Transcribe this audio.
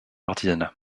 artisanat